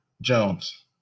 Jones